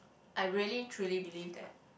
I really truly believe that